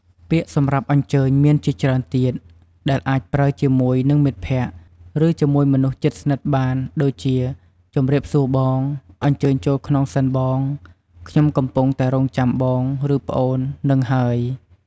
ពាក្យសម្រាប់អញ្ជើញមានជាច្រើនទៀត ដែលអាចប្រើជាមួយនឹងមិត្តភក្តិ ឬជាមួយមនុស្សជិតស្និតបាន ដូចជា ជម្រាបសួរបង អញ្ជើញចូលក្នុងសិនបង! ខ្ញុំកំពុងតែរង់ចាំបង ឬប្អូនហ្នឹងហើយ!។